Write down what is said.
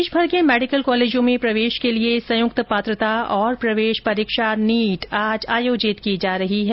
देशभर के medical college में प्रवेश के लिए संयुक्त पात्रता और प्रवेश परीक्षा नीट आज आयोजित की जा रही है